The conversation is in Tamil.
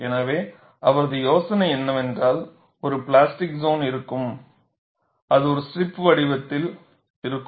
எனவே அவரது யோசனை என்னவென்றால் ஒரு பிளாஸ்டிக் சோன் இருக்கும் அது ஒரு ஸ்ட்ரிப் வடிவத்தில் இருக்கும்